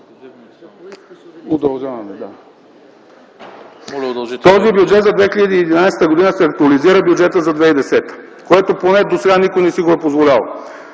този бюджет за 2011 г. се актуализира бюджетът за 2010 г., което поне досега никой не си го е позволявал.